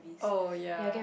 oh ya